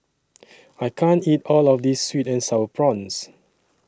I can't eat All of This Sweet and Sour Prawns